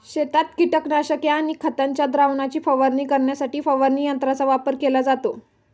शेतात कीटकनाशके आणि खतांच्या द्रावणाची फवारणी करण्यासाठी फवारणी यंत्रांचा वापर केला जातो